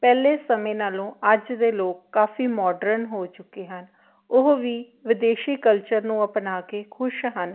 ਪਹਿਲੇ ਸਮੇਂ ਨਾਲੋਂ ਅੱਜ ਦੇ ਲੋਕ ਕਾਫੀ ਮੋਡਰਨ ਹੋ ਚੁੱਕੇ ਹਨ ਉਹ ਵੀ ਵਿਦੇਸ਼ੀ ਕਲਚਰ ਨੂੰ ਅਪਣਾ ਕੇ ਖੁਸ਼ ਹਨ